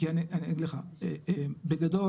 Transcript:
בגדול